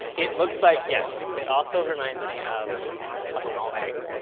it looks like, yes, it also reminds me of a small egg.